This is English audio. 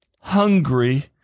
hungry